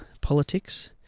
politics